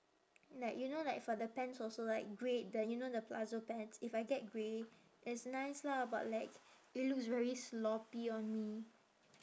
like you know like for the pants also like grey the you know the palazzo pants if I get grey it's nice lah but like it looks very sloppy on me